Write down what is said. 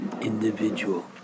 individual